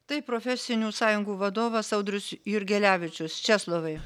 tai profesinių sąjungų vadovas audrius jurgelevičius česlovai